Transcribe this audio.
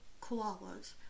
koalas